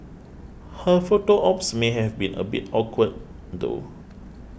her photo ops may have been a bit awkward though